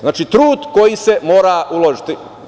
Znači, trud koji se mora uložiti.